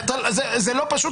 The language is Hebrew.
זה לא פשוט,